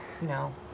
No